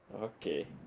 Okay